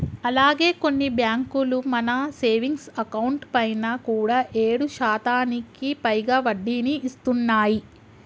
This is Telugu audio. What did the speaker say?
అలాగే కొన్ని బ్యాంకులు మన సేవింగ్స్ అకౌంట్ పైన కూడా ఏడు శాతానికి పైగా వడ్డీని ఇస్తున్నాయి